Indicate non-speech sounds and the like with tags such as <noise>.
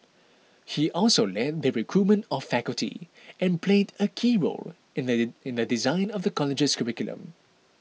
he also led the recruitment of faculty and played a key role in the <unintelligible> in the design of the college's curriculum